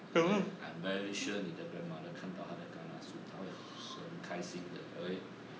okay I'm very sure 你的 grandmother 看都他的 kena 孙她会很开心的 okay